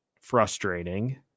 frustrating